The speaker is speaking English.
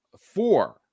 four